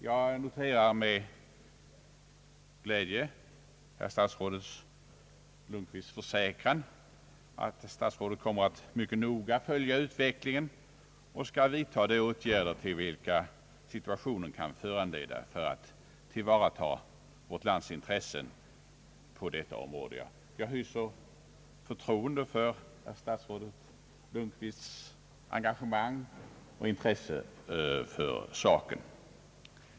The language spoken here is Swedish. Jag noterar med glädje statsrådet Lundkvists försäkran att statsrådet mycket noga kommer att följa utvecklingen och vidta de åtgärder till vilka situationen kan föranleda för att tillvarata vårt lands intressen på detta område. Jag hyser förtroende för statsrådet Lundkvists engagemang och intresse för saken.